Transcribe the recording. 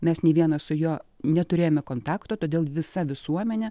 mes nei vienas su juo neturėjome kontakto todėl visa visuomenė